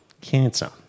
cancer